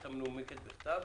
בהחלטה מנומקת בכתב,